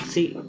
See